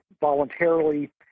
voluntarily